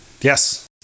yes